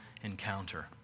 encounter